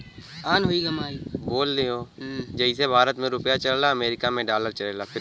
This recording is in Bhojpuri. जइसे भारत मे रुपिया चलला अमरीका मे डॉलर चलेला